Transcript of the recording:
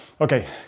Okay